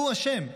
הוא אשם,